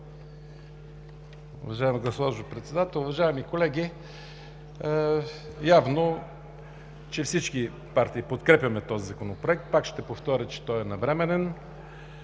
Уважаема госпожо Председател, уважаеми колеги! Явно, че всички партии подкрепяме този Законопроект. Пак ще повторя, че той е навременен.